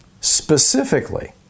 Specifically